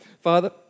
father